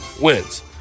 wins